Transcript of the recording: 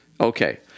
Okay